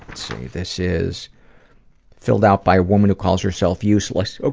see. this is filled out by a woman who calls herself useless